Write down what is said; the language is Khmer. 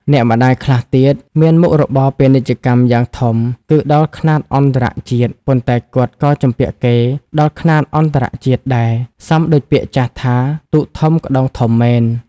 អ្នកម្ដាយខ្លះទៀត មានមុខរបរពាណិជ្ជកម្មយ៉ាងធំ គឺដល់ខ្នាតអន្តរជាតិ ប៉ុន្តែគាត់ក៏ជំពាក់គេដល់ខ្នាតអន្តរជាតិដែរ សមដូចពាក្យចាស់ថា «ទូកធំក្ដោងធំមែន» ។